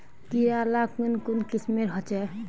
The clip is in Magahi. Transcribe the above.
कीड़ा ला कुन कुन किस्मेर होचए?